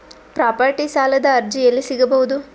Property ಸಾಲದ ಅರ್ಜಿ ಎಲ್ಲಿ ಸಿಗಬಹುದು?